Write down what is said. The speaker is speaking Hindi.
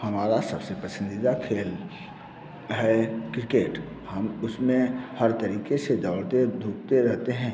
हमारा सबसे पसंदीदा खेल है क्रिकेट हम उसमें हर तरीके से दौड़ते धूपते रहते हैं